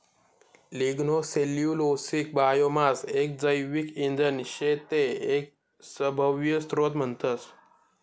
lignocellulosic biomass एक जैविक इंधन शे ते एक सभव्य स्त्रोत म्हणतस